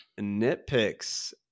nitpicks